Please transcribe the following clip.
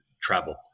travel